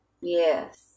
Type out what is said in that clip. Yes